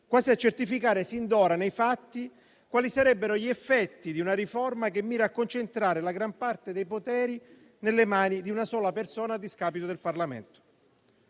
quasi a certificare sin d'ora, nei fatti, quali sarebbero gli effetti di una riforma che mira a concentrare la gran parte dei poteri nelle mani di una sola persona, a discapito del Parlamento.